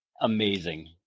amazing